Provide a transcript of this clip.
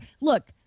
look